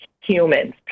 humans